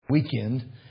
Weekend